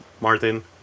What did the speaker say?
Martin